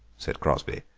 said crosby,